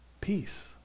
peace